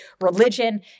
religion